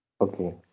Okay